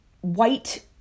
white